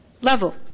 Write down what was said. level